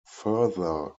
further